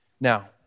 Now